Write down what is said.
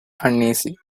uneasy